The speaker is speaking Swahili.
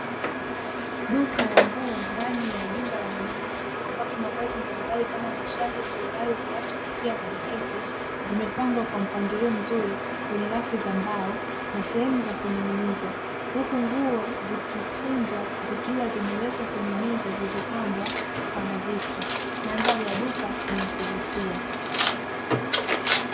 Duka la nguo ndani ya jumba la manunuzi, ambapo mavazi mbalimbali kama: mashati, suruali, viatu, kofia, na jaketi, zimepangwa kwa mpangilio mzuri kwenye rafu za mbao na sehemu za kuning’iniza; huku nguo zikikunjwa, zikiwa zimewekwa kwenye meza zilizopambwa kwa unadhifu. Mandhari ya duka ni yakuvutia.